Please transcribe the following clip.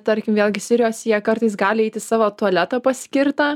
tarkim vėlgi sirijos jie kartais gali eit į savo tualetą paskirtą